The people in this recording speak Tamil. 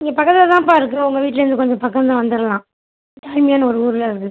இங்கே பக்கத்தில் தான்ப்பா இருக்கு உங்கள் வீட்லர்ந்து கொஞ்ச பக்கம் தான் வந்துரலாம் காங்கேயன்னு ஒரு ஊரில் இருக்கு